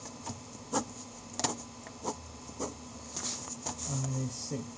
I see